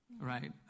Right